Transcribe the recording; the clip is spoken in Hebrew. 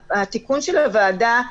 התש"ף-2020.